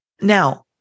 Now